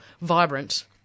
vibrant